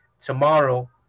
tomorrow